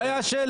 זה היה השלט.